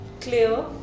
clear